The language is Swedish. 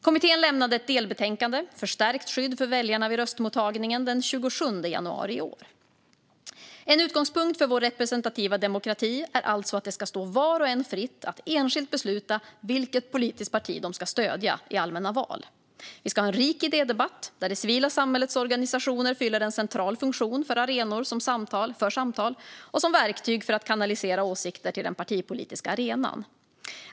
Kommittén lämnade ett delbetänkande, Förstärkt skydd för väljarna vid röstmottagningen , den 27 januari i år. En utgångspunkt för vår representativa demokrati är alltså att det ska stå var och en fritt att enskilt besluta vilket politiskt parti de ska stödja i allmänna val. Vi ska ha en rik idédebatt där det civila samhällets organisationer fyller en central funktion som arenor för samtal och som verktyg för att kanalisera åsikter till den partipolitiska arenan.